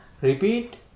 repeat